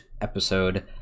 episode